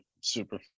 super